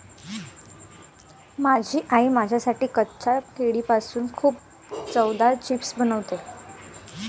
माझी आई माझ्यासाठी कच्च्या केळीपासून खूप चवदार चिप्स बनवते